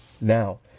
Now